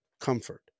comfort